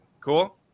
cool